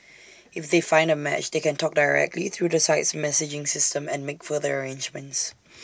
if they find A match they can talk directly through the site's messaging system and make further arrangements